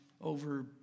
over